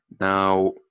Now